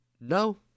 no